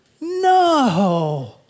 no